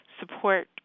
support